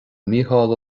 mícheál